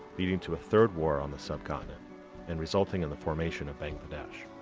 leading to a third war on the sub continent and resulting in the formation of bangladesh.